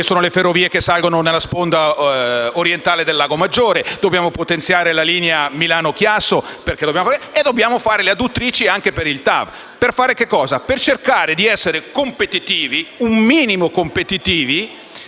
che sono le ferrovie che salgono sulla sponda orientale del lago Maggiore, dobbiamo potenziare la linea Milano-Chiasso e dobbiamo fare le adduttrici anche per la TAV. Questo per cercare di essere un minimo competitivi